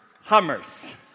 hummers